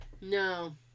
No